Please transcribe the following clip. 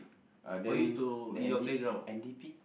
uh then the N D N_D_P